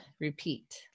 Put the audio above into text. repeat